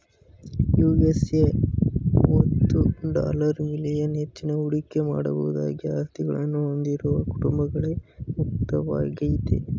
USA ಮುವತ್ತು dollar million ಹೆಚ್ಚಿನ ಹೂಡಿಕೆ ಮಾಡಬಹುದಾದ ಆಸ್ತಿಗಳನ್ನ ಹೊಂದಿರುವ ಕುಟುಂಬಗಳ್ಗೆ ಮುಕ್ತವಾಗೈತೆ